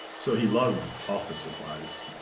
so he loved the office supplies.